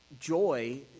Joy